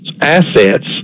assets